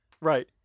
Right